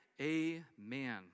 amen